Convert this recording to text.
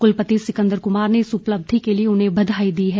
कुलपति सिकंदर कुमार ने इस उपलब्धि के लिए उन्हें बधाई दी है